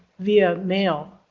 via mail.